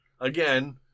again